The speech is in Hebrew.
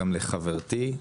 גם לחברתי,